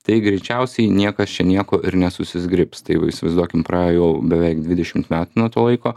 tai greičiausiai niekas čia nieko ir nesusizgribs tai jeigu įsivaizduokim praėjo jau beveik dvidešimt metų nuo to laiko